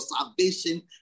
salvation